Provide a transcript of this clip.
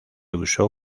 usó